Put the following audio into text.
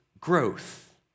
growth